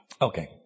Okay